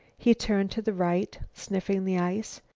he turned to the right, sniffing the ice.